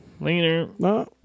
later